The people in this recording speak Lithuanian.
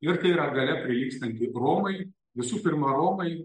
ir tai yra galia prilygstanti romai visų pirma romai